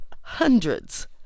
hundreds